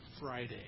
Friday